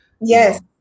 Yes